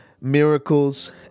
miracles